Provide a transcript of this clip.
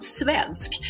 svensk